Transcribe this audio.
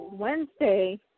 Wednesday